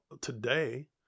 today